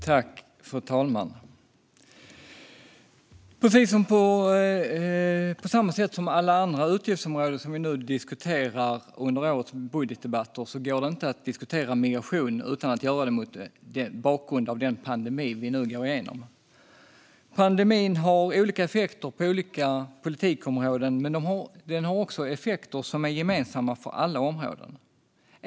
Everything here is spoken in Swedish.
Fru talman! Precis på samma sätt som på alla andra utgiftsområden som vi nu diskuterar under årets budgetdebatter går det inte att diskutera migration utan att göra det mot bakgrund av den pandemi vi nu går igenom. Pandemin har olika effekter på olika politikområden, men den har också effekter som är gemensamma för alla områden.